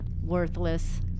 worthless